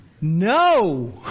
No